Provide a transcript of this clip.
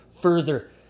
further